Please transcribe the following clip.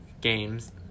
Games